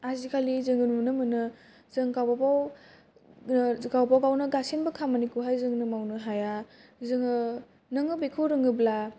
आजि खालि जोंयो नुनो मोनो जों गावबागाव गावबा गावनो गासिबो खामानि खौहाय जोंनो मावनो हाया जोङो नोङो बिखौ रोङोब्ला